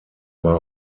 war